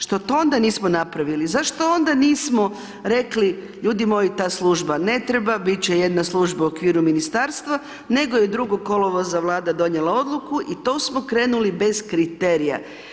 Što to onda nismo napravili, zašto onda nismo rekli, ljudi moji ta služba ne treba, bit će jedna služba u okviru ministarstva, nego je 2. kolovoza Vlada donijela odluku i to smo krenuli bez kriterija.